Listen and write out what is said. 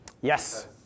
Yes